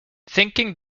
thinking